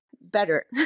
better